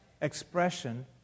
expression